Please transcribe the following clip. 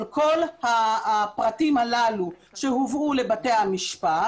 כל הפרטים הללו שהובאו לבתי המשפט,